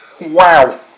Wow